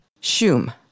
Shum